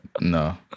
no